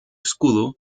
escudo